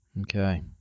Okay